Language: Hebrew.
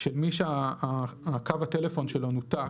שמי שקו הטלפון שלו נותק,